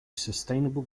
sustainable